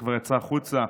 שכבר יצא החוצה,